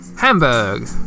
Hamburg